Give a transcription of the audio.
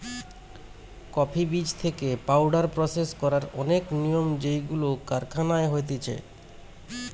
coffee বীজ থেকে powder process করার অনেক নিয়ম যেইগুলো কারখানায় হতিছে